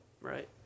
right